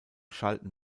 schalten